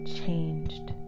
changed